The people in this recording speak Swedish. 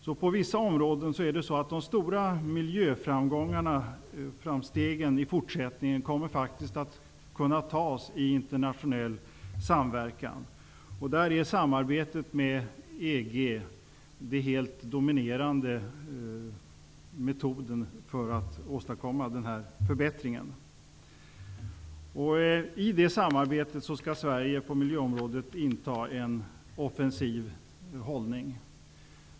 Så på vissa områden kommer de stora miljöframstegen faktiskt att kunna tas i internationell samverkan. Samarbetet med EG är då den helt dominerande metoden för att åstadkomma förbättringar. I det samarbetet skall Sverige på miljöområdet inta en offensiv hållning.